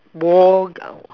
war